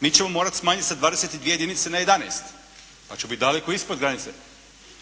Mi ćemo morati smanjiti sa 22 jedinice na 11, pa ćemo biti daleko ispod granice.